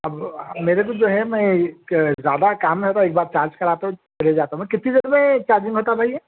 اب میرے کو جو ہے میں ایک زیادہ کام ہے تو ایک بار چارج کراتا ہوں چلے جاتا ہوں مطلب کتنی دیر میں چارجنگ ہوتا بھائی یہ